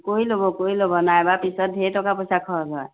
কৰি ল'ব কৰি ল'ব নাইবা পিছত ধেৰ টকা পইচা খৰচ হয়